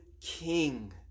King